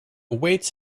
awaits